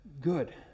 good